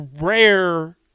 rare